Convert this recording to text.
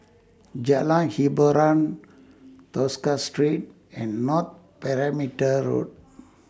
Jalan Hiboran Tosca Street and North Perimeter Road